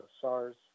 SARS